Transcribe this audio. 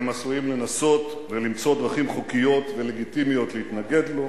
הם עשויים לנסות ולמצוא דרכים חוקיות ולגיטימיות להתנגד לו,